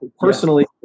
personally